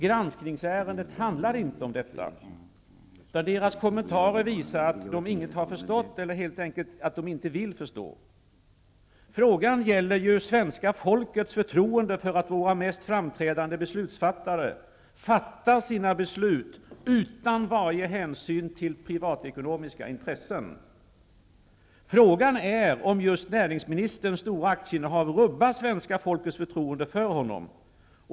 Granskningsärendet handlar inte om det. Deras kommentarer visar att de inget har förstått eller helt enkelt att de inte vill förstå. Frågan gäller ju svenska folkets förtroende för att våra mest framträdande beslutsfattare fattar sina beslut utan varje hänsyn till privatekonomiska intressen. Frågan är om just näringsministerns stora aktieinnehav rubbar svenska folkets förtroende för honom!